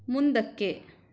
ಮುಂದಕ್ಕೆ